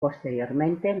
posteriormente